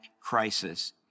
crisis